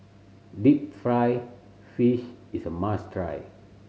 deep fried fish is a must try